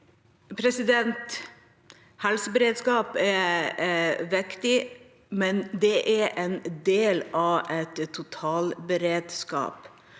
Helseberedskap er vik- tig, men det er en del av en totalberedskap.